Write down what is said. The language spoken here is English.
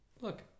look